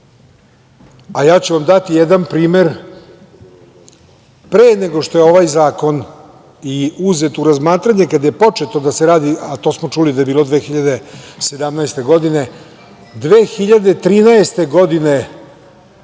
ću vam dati jedan primer, pre nego što je ovaj zakon i uzet u razmatranje, kada je počelo to da se radi, a to smo čuli da je bilo 2017. godine, 2013. godine